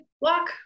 walk